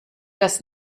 das